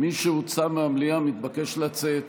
מי שהוצא מהמליאה מתבקש לצאת.